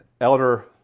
elder